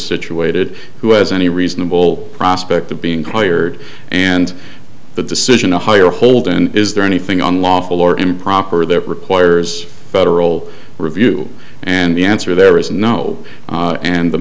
situated who has any reasonable prospect of being hired and the decision to hire holden is there anything unlawful or improper that requires federal review and the answer there is no and the